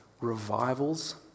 revivals